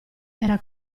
era